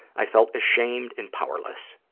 i felt ashamed and powerless.